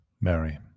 Mary